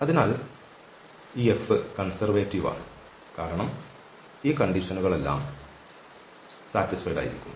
അതിനാൽ ഈ F conservative ആണ് കാരണം ഈ വ്യവസ്ഥകളെല്ലാം തൃപ്തിപ്പെട്ടിരിക്കുന്നു